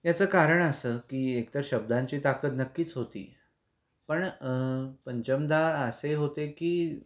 याचं कारण असं की एक तर शब्दांची ताकद नक्कीच होती पण पंचमदा असे होते की